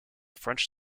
french